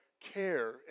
care